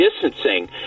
distancing